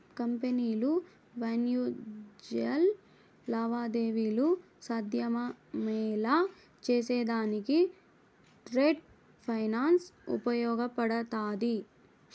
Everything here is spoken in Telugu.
కంపెనీలు వాణిజ్య లావాదేవీలు సాధ్యమయ్యేలా చేసేదానికి ట్రేడ్ ఫైనాన్స్ ఉపయోగపడతాది